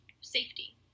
safety